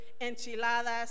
enchiladas